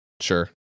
Sure